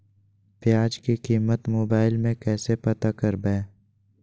प्याज की कीमत मोबाइल में कैसे पता करबै?